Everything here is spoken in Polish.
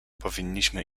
powinniśmy